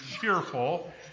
cheerful